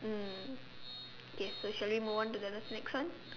mm okay so shall we move on to the the next one